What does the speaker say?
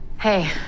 Hey